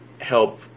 help